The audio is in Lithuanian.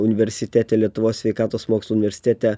universitete lietuvos sveikatos mokslų universitete